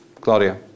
claudia